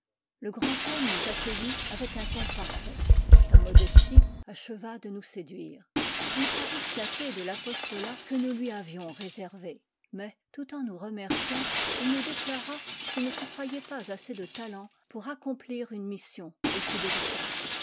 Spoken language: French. le grand homme nous accueillit avec un ton parfait sa modestie acheva de nous séduire il parut flatté de l'apostolat que nous lui avions réservé mais tout en nous remerciant il nous déclara qu'il ne se croyait pas assez de talent pour accomplir une mission aussi délicate